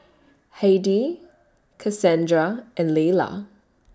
Heidi Kassandra and Leyla